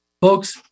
Folks